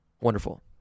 Wonderful